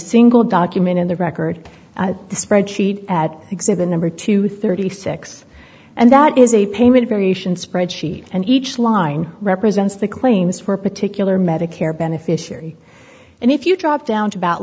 single document in the record the spreadsheet at exhibit number two thirty six and that is a payment variation spreadsheet and each line represents the claims for a particular medicare beneficiary and if you drop down to about